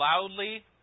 loudly